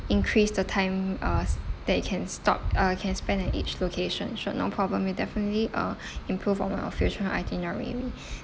increase the time uh that you can stop uh can spend at each location sure no problem we'll definitely uh improve on our future itinerary